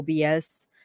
obs